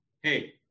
hey